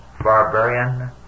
barbarian